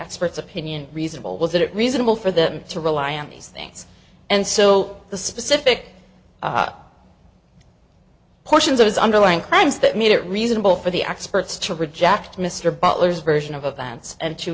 expert's opinion reasonable was that it reasonable for them to rely on these things and so the specific portions of his underlying crimes that made it reasonable for the experts to reject mr butler's version of events and t